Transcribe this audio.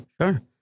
Sure